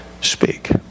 speak